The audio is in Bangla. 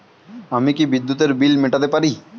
আমি কি বিদ্যুতের বিল মেটাতে পারি?